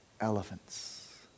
elephants